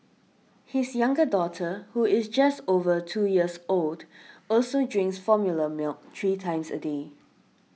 his younger daughter who is just over two years old also drinks formula milk three times a day